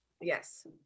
Yes